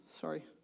sorry